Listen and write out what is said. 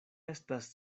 estas